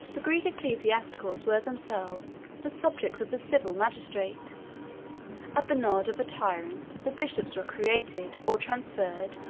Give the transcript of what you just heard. the greek ecclesiastics were themselves the subjects of the civil magistrate at the nod of a tyrant, the bishops were created, or transferred,